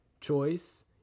choice